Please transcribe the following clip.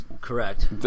correct